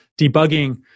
debugging